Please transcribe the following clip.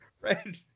right